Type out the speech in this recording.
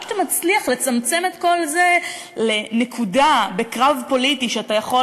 רק אתה מצליח לצמצם את כל זה לנקודה בקרב פוליטי שאתה יכול